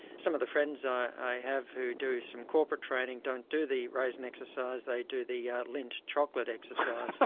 some of the friends i have who do some corporate training don't do the raisin exercise. they do the yeah lindt chocolate exercise.